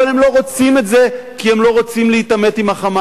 אבל הם לא רוצים את זה כי הם לא רוצים להתעמת עם ה"חמאס",